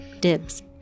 Dibs